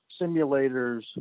simulators –